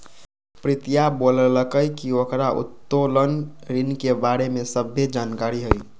प्रीतिया बोललकई कि ओकरा उत्तोलन ऋण के बारे में सभ्भे जानकारी हई